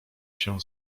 się